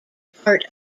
part